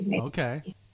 Okay